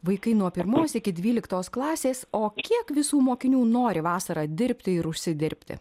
vaikai nuo pirmos iki dvyliktos klasės o kiek visų mokinių nori vasarą dirbti ir užsidirbti